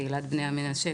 קהילת בני המנשה,